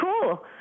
cool